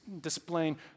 displaying